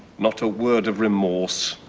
not a word of remorse?